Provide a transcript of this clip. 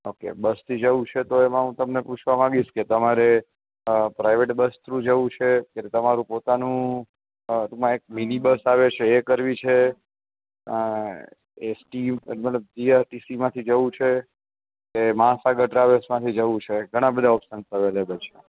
okay બસથી જવું છે તો એમાં હું તમને પૂછવા માગીશ કે તમારે અં પ્રાઇવેટ બસ થ્રુ જવું છે કે તમારું પોતાનું એમાં એક મિનિબસ આવે છે એ કરવી છે અં એસટી મતલબ જીઆરટીસીમાંથી જવું છે કે મહાસાગર ટ્રાવેલ્સમાંથી જવું છે ઘણા બધા ઓપ્શન્સ અવેલેબલ છે